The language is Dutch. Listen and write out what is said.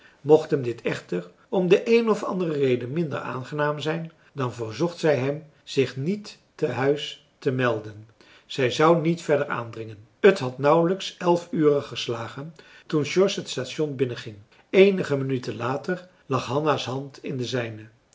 mocht hem dit echter om de eene of andere reden minder aangenaam zijn dan verzocht zij hem zich niet te huis te melden zij zou niet verder aandringen het had nauwelijks elf ure geslagen toen george het station binnenging eenige minuten later lag hanna's hand in de zijne